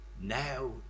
now